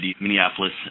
Minneapolis